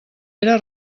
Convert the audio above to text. era